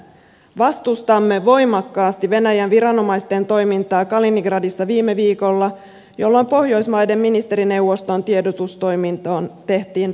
vastustamme voimakkaasti venäjän viranomaisten toimintaa kaliningradissa viime viikolla jolloin pohjoismaiden ministerineuvoston tiedotustoimistoon tehtiin ratsia